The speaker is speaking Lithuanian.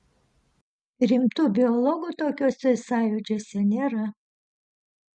rimtų biologų tokiuose sąjūdžiuose nėra